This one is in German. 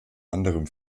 anderem